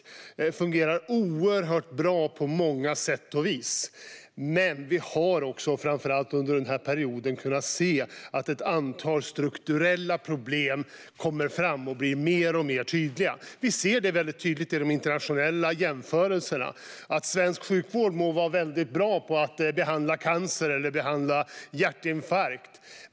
Den fungerar oerhört bra på många sätt och vis. Men vi har också, framför allt under den här perioden, kunnat se att ett antal strukturella problem kommer fram och blir mer och mer tydliga. Vi ser det tydligt i de internationella jämförelserna: Svensk sjukvård må vara väldigt bra på att behandla cancer eller hjärtinfarkt.